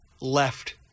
left